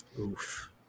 Oof